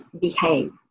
behave